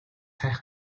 хайх